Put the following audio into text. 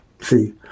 See